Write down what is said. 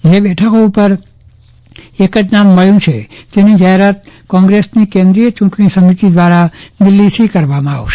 જે બેઠકો ઉપર એક જ નામ મળ્યું છે તેની જાહેરાત કોંગ્રેસની કેન્દ્રિય ચૂંટણી સમિતિ દ્વારા દિલ્હીથી કરાશે